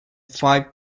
five